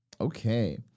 Okay